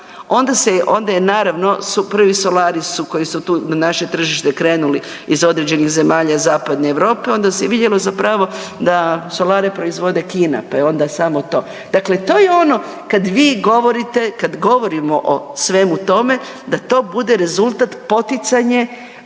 onda je naravno, su prvi solari su koji su tu na naše tržište krenuli iz određenih zemalja zapadne Europe onda se vidjelo zapravo da solare proizvodi Kina, pa je onda samo to. Dakle, to je ono kad vi govorite, kad govorimo o svemu tome da to bude rezultat poticanje